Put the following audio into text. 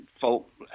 folk